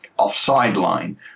off-sideline